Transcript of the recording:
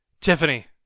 Tiffany